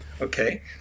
okay